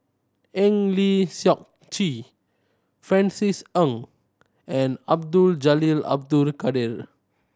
Eng Lee Seok Chee Francis Ng and Abdul Jalil Abdul Kadir